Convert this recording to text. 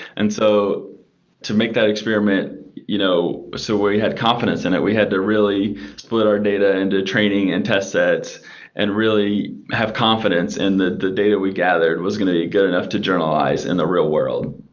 and so to make that experiment you know so we had confidence in it, we had to really split our data into training and test sets and really have confidence in the the data we gather was going to be good enough to journalize in the real world.